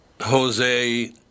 Jose